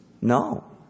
No